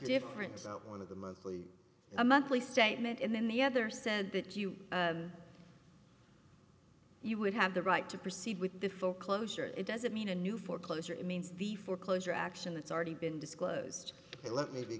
different about one of the monthly a monthly statement and then the other said that you you would have the right to proceed with the foreclosure it doesn't mean a new foreclosure it means the foreclosure action that's already been disclosed let me be